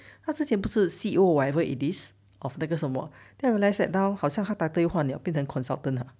他之前不是 C_E_O or whatever it is of 那个什么 then I realise that now 好像他的 title 又换了变成 consultant 了